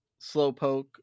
Slowpoke